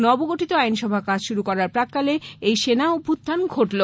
নব গঠিত আইনসভা কাজ শুরু করার প্রাক্কালে এই সেনা উভ্যুত্থান ঘটল